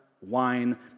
wine